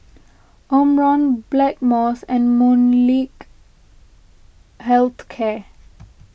Omron Blackmores and Molnylcke Health Care